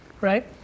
right